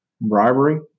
bribery